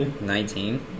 Nineteen